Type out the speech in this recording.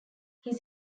his